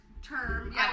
term